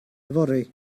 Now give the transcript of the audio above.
yfory